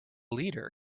leader